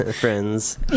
Friends